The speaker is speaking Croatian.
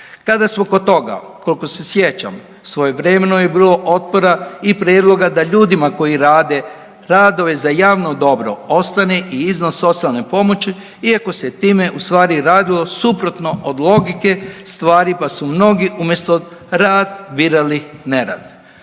Kada smo kod toga koliko se sjećam svojevremeno je bilo otpora i prijedloga da ljudima koji rade radove za javno dobro ostane i iznos socijalne pomoći iako se time u stvari radilo suprotno od logike stvari, pa su mnogi umjesto rad birali nerad.